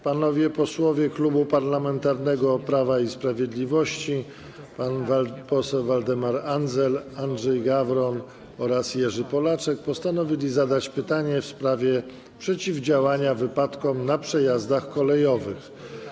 Panowie posłowie z Klubu Parlamentarnego Prawo i Sprawiedliwość Waldemar Andzel, Andrzej Gawron oraz Jerzy Polaczek postanowili zadać pytanie w sprawie przeciwdziałania wypadkom na przejazdach kolejowych.